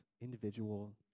individual